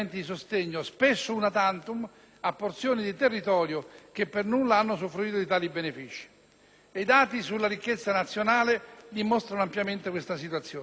a porzioni di territorio che per nulla hanno usufruito di tali benefìci. I dati sulla ricchezza nazionale dimostrano ampiamente questa situazione. Dico, quindi, sì